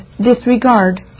disregard